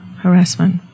harassment